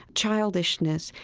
childishness.